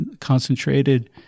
concentrated